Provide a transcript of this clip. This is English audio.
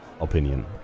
opinion